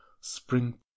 spring